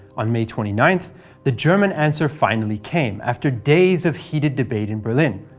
on may twenty nine the german answer finally came, after days of heated debate in berlin.